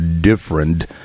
different